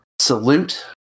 salute